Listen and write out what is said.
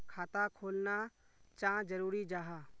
खाता खोलना चाँ जरुरी जाहा?